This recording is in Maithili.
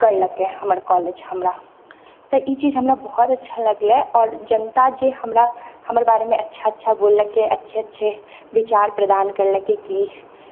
करलकय हमर कॉलेज हमरा तऽ ई चीज हमरा बहुत अच्छा लगलय आओर जनता जे हमरा हमर बारेमे अच्छा अच्छा बोललकय अच्छे अच्छे विचार प्रदान करलकयकि